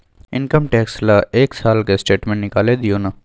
Income tax ल एक साल के स्टेटमेंट निकैल दियो न?